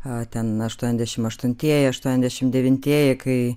ten aštuoniasdešimt aštuntieji aštuoniasdešimt devintieji kai